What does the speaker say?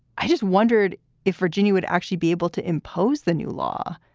i just wondered if virginia would actually be able to impose the new law.